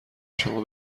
شما